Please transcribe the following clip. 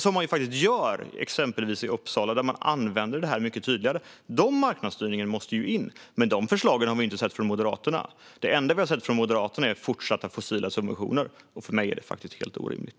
Det gör man i till exempel Uppsala, där man använder detta mycket tydligare. Den marknadsstyrningen måste in, men sådana förslag har vi inte sett hos Moderaterna. Det enda vi har sett hos Moderaterna är fortsatta fossila subventioner. För mig är det faktiskt helt orimligt.